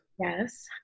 yes